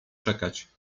czekać